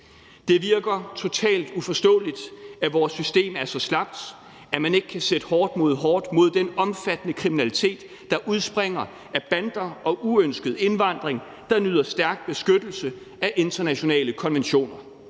Det virker totalt uforståeligt, at vores system er så slapt, at man ikke kan sætte hårdt mod hårdt over for den omfattende kriminalitet, der udspringer af bander og uønsket indvandring, der nyder stærk beskyttelse af internationale konventioner,